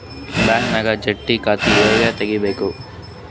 ಬ್ಯಾಂಕ್ದಾಗ ಜಂಟಿ ಖಾತೆ ಹೆಂಗ್ ತಗಿಬೇಕ್ರಿ?